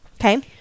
Okay